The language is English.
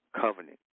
covenant